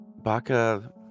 Baka